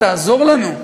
תעזור לנו,